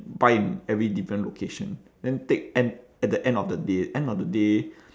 buy every different location then take and at the end of the day end of the day